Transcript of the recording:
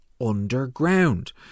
underground